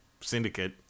Syndicate